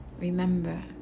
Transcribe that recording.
Remember